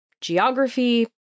geography